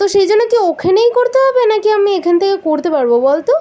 তো সেই জন্য কি ওখানেই করতে হবে না কি আমি এখান থেকেও করতে পারবো বল তো